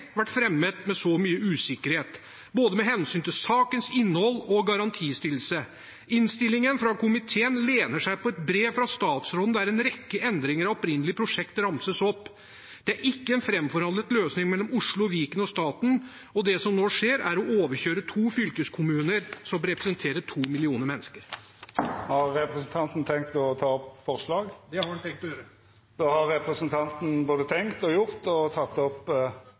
vært fremmet med så mye usikkerhet med hensyn til både sakens innhold og garantistillelse. Innstillingen fra komiteen lener seg på et brev fra statsråden der en rekke endringer av opprinnelig prosjekt ramses opp. Det er ikke en framforhandlet løsning mellom Oslo, Viken og staten, og det som nå skjer, er å overkjøre to fylkeskommuner som representerer to millioner mennesker. Har representanten tenkt å ta opp forslag? Det har han tenkt å gjøre! Då har representanten Bengt Fasteraune både tenkt og gjort det – han har teke opp